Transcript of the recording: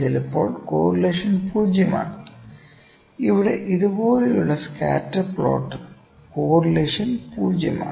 ചിലപ്പോൾ കോറിലേഷൻ 0 ആണ് ഇവിടെ ഇതുപോലെയുള്ള സ്കാറ്റർ പ്ലോട്ട് കോറിലേഷൻ 0 ആണ്